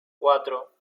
cuatro